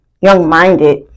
young-minded